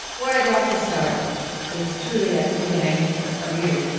where i'd like to start is truly at the beginning of you.